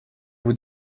vous